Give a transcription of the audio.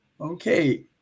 Okay